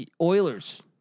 Oilers